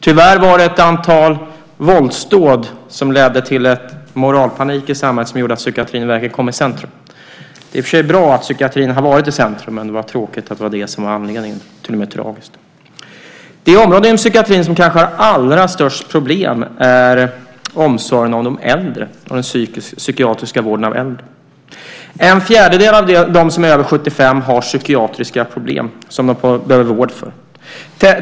Tyvärr var det ett antal våldsdåd som ledde till en moralpanik i samhället som gjorde att psykiatrin verkligen kom i centrum. Det är i och för sig bra att psykiatrin har varit i centrum, men det är tråkigt att det var det som var anledningen - till och med tragiskt. Det område inom psykiatrin som kanske har allra störst problem är omsorgen om de äldre och den psykiatriska vården av äldre. En fjärdedel av dem som är över 75 år har psykiatriska problem som de behöver vård för.